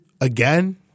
again